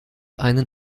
einen